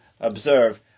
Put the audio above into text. observe